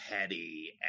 petty